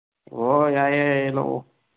ꯑꯣ ꯌꯥꯏꯌꯦ ꯌꯥꯏꯌꯦ ꯂꯧꯑꯣ